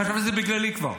חשבתי שזה בגללי כבר.